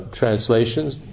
translations